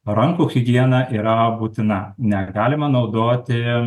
rankų higiena yra būtina negalima naudoti